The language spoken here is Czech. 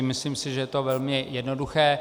Myslím si, že to je velmi jednoduché.